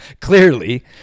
clearly